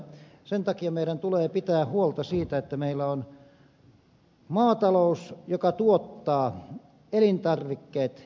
sen takia meidän tulee pitää huolta siitä että meillä on maatalous joka tuottaa elintarvikkeet tälle kansalle